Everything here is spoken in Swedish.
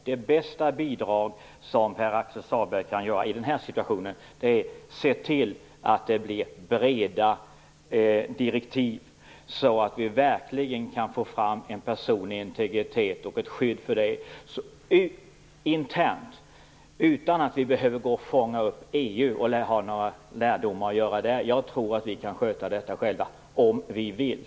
Det bästa bidrag som Pär-Axel Sahlberg kan komma med i den här situationen är att se till att det blir breda direktiv. Då kan vi få fram ett skydd för den personliga integriteten internt utan att vi behöver fånga upp EU och få lärdomar där. Jag tror att vi kan sköta detta själva, om vi vill.